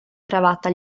cravatta